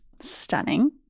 stunning